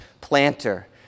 planter